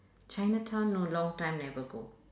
chinatown no long time never go